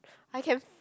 I can